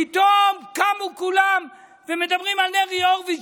פתאום קמו כולם ומדברים על נרי הורוביץ,